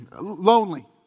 lonely